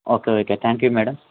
okay okay thank you madam